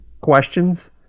questions